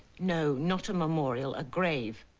no not a memorial a grave!